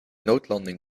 noodlanding